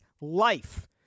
life